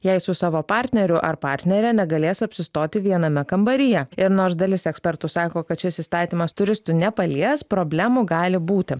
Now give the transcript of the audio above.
jei su savo partneriu ar partnere negalės apsistoti viename kambaryje ir nors dalis ekspertų sako kad šis įstatymas turistų nepalies problemų gali būti